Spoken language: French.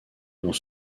dans